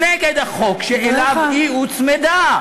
נגד החוק שאליו היא הוצמדה.